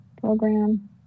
program